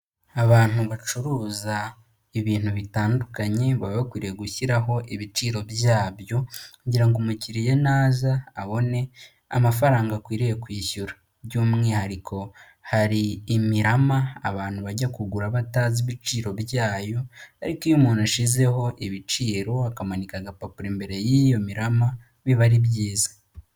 Abantu bacuruza ibintu bitandukanye baba bakwiriye gushyiraho ibiciro byabyo kugira ngo umukiriya naza abone amafaranga akwiriye kwishyura, by'umwihariko hari imirama abantu bajya kugura batazi ibiciro byayo ariko iyo umuntu ashyizeho ibiciro, akamanika agapapuro imbere y'iyo mirama biba ari byiza.